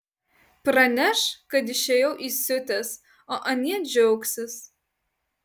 praneš kad išėjau įsiutęs o anie džiaugsis